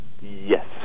Yes